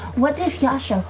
what if, yasha,